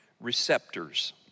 receptors